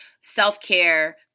Self-care